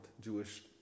Jewish